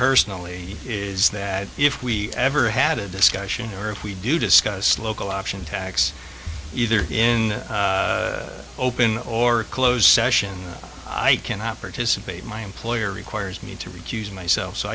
personally is that if we ever had a discussion earth we do discuss local option tax either in open or closed session i cannot participate my employer requires me to recuse myself so